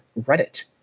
Reddit